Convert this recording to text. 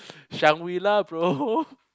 Shangri-La bro